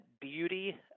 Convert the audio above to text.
beauty